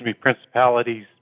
principalities